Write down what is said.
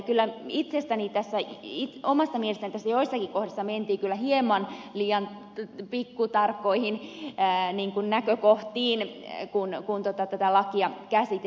kyllä omasta mielestäni tässä joissakin kohdissa mentiin kyllä hieman liian pikkutarkkoihin näkökohtiin kun tätä lakia käsiteltiin